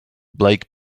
black